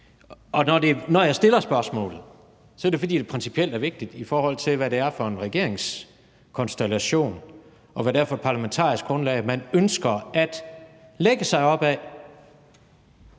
Når jeg stiller spørgsmålet, er det, fordi det principielt er vigtigt, i forhold til hvad det er for en regeringskonstellation, man ønsker, og hvad det er for et parlamentarisk grundlag, man ønsker at basere sig på,